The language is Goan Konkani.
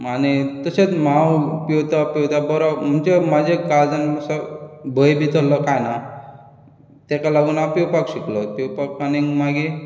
आनी तशेंच हांव पेंवता पेंवता बरो म्हणजे म्हज्या काळजान असो भंय बी तसलो कांय ना ताका लागून हांव पेंवपाक शिकलो पेंवपाक आनीक मागीर